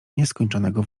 nieskończonego